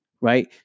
right